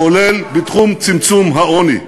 כולל בתחום צמצום העוני.